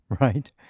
right